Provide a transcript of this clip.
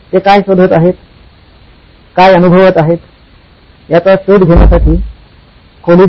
ते काय शोधत आहेत काय अनुभवत आहेत याचा शोध घेण्यासाठी खोलीत जा